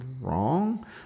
wrong